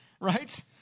Right